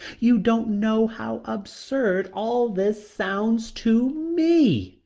you don't know how absurd all this sounds to me.